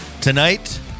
Tonight